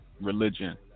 Religion